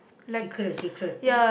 secret secret